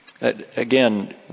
again